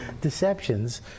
Deceptions